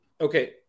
okay